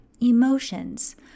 emotions